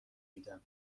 میدم